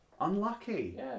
Unlucky